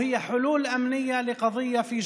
מגפת הפשיעה והקורונה.